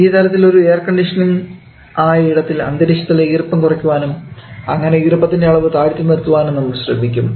ഈ തലത്തിൽ ഒരു എയർകണ്ടീഷൻ ആയ ഇടത്തിൽ അന്തരീക്ഷത്തിലെ ഈർപ്പം കുറയ്ക്കുവാനും അങ്ങനെ ഈർപ്പത്തിൻറെ അളവ് താഴ്ത്തി നിലനിർത്തുവാനും നമ്മൾ ശ്രമിക്കും